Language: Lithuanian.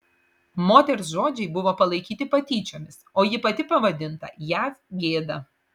moters žodžiai buvo palaikyti patyčiomis o ji pati pavadinta jav gėda